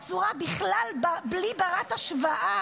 בצורה בכלל לא בת-השוואה,